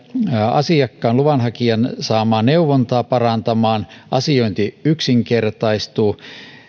asiakkaan luvanhakijan saamaa neuvontaa parantamaan asiointi yksinkertaistuu